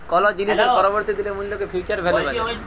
call জিলিসের পরবর্তী দিলের মূল্যকে ফিউচার ভ্যালু ব্যলে